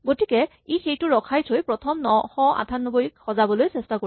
গতিকে ই সেইটো ৰখাই থৈ প্ৰথম ৯৯৮ ক সজাবলৈ চেষ্টা কৰিব